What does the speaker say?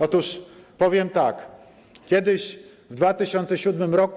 Otóż powiem tak: kiedyś, w 2007 r.,